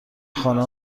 خانه